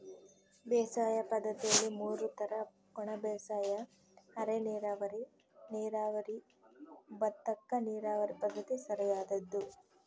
ಬೇಸಾಯ ಪದ್ದತಿಯಲ್ಲಿ ಮೂರು ತರ ಒಣಬೇಸಾಯ ಅರೆನೀರಾವರಿ ನೀರಾವರಿ ಭತ್ತಕ್ಕ ನೀರಾವರಿ ಪದ್ಧತಿ ಸರಿಯಾದ್ದು